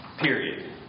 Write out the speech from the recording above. period